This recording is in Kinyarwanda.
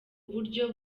buryo